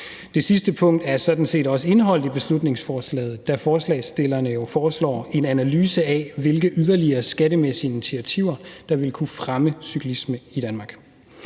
Det sidste punkt er sådan set også indeholdt i beslutningsforslaget, da forslagsstillerne jo foreslår en analyse af, hvilke yderligere skattemæssige initiativer der vil kunne fremme cyklisme i Danmark.